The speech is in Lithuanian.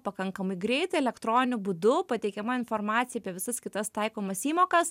pakankamai greitai elektroniniu būdu pateikiama informacija apie visas kitas taikomas įmokas